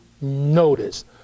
notice